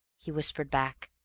he whispered back.